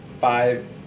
five